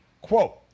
quote